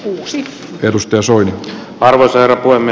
uusi ennuste osui aivan selvä kuin me